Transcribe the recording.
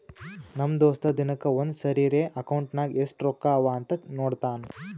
ನಮ್ ದೋಸ್ತ ದಿನಕ್ಕ ಒಂದ್ ಸರಿರೇ ಅಕೌಂಟ್ನಾಗ್ ಎಸ್ಟ್ ರೊಕ್ಕಾ ಅವಾ ಅಂತ್ ನೋಡ್ತಾನ್